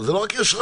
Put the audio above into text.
זה לא רק יושרה,